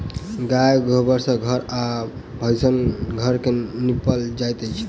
गाय गोबर सँ घर आ भानस घर के निपल जाइत अछि